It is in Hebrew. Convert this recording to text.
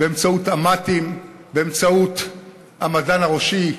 באמצעות המט"ים, באמצעות המדען הראשי,